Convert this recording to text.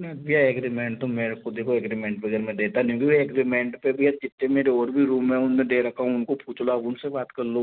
मैं भैया अग्रीमेंट तो मेरे को देखो एग्रीमेंट वगैर मैं देता नहीं हूँ क्योंकि एग्रीमेंट पे भैया जितने मेरे और भी रूम है उनमें दे रखा हूँ उनको पूछ लो आप उनसे बात कर लो